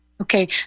Okay